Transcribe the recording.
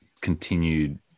continued